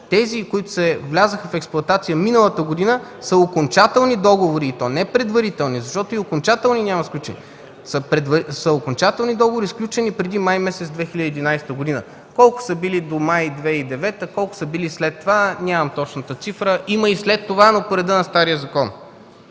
Тези, които влязоха в експлоатация миналата година, са окончателни договори, и то не предварителни, защото и окончателни няма сключени, окончателни договори са сключени преди месец май 2011 г. Колко са били до май 2009 г., колко са били след това – нямам точната цифра? Има и след това, но това е по реда на стария закон.